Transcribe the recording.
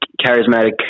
charismatic